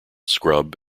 scrub